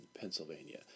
Pennsylvania